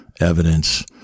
Evidence